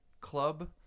Club